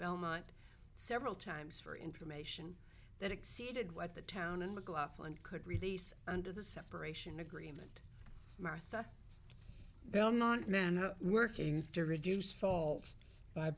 belmont several times for information that exceeded what the town and mclaughlin could release under the separation agree martha belmont men working to reduce faults by